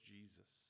Jesus